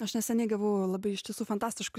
aš neseniai gavau labai iš tiesų fantastiškų